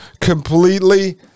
completely